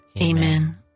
Amen